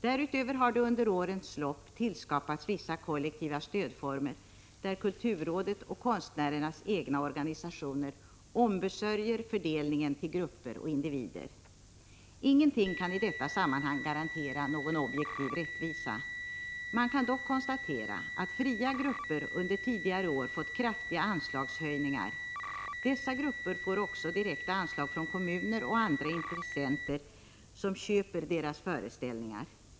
Därutöver har det under årens lopp skapats vissa kollektiva stödformer, där kulturrådet och konstnärernas egna organisationer ombesörjer fördelningen till grupper och individer. Ingenting kan i detta sammanhang garantera någon objektiv rättvisa. Man kan dock konstatera att fria grupper under tidigare år fått kraftiga anslagshöjningar. Dessa grupper får också direkta anslag från kommuner och andra intressenter, som köper deras föreställningar.